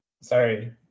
sorry